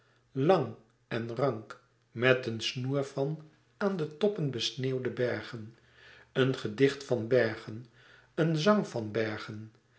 lang en rank met een snoer van aan de toppen besneeuwde bergen een gedicht van bergen een zang van bergen